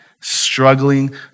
struggling